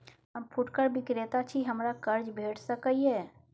हम फुटकर विक्रेता छी, हमरा कर्ज भेट सकै ये?